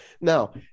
Now